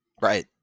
Right